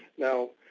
now,